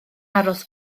aros